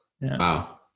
Wow